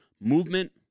Movement